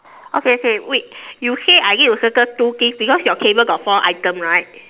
okay okay wait you say I need to circle two things because your table got four item right